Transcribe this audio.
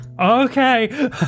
Okay